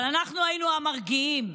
אבל אנחנו היינו המרגיעים.